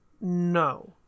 No